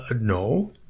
No